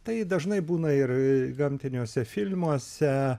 tai dažnai būna ir gamtiniuose filmuose